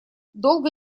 долго